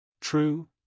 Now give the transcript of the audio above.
True